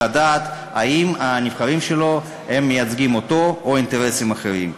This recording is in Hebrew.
לדעת אם הנבחרים שלו מייצגים אותו או אינטרסים אחרים.